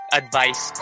advice